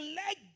leg